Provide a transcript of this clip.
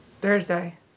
Thursday